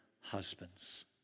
husbands